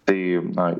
tai na